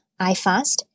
IFAST